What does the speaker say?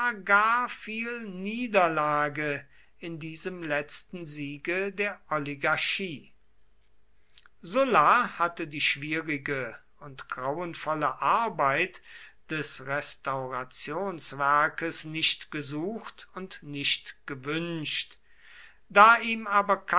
gar viel niederlage in diesem letzten siege der sulla hatte die schwierige und grauenvolle arbeit des restaurationswerkes nicht gesucht und nicht gewünscht da ihm aber